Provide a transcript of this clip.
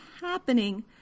happening